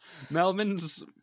Melman's